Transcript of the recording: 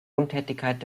untätigkeit